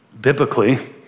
biblically